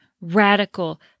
radical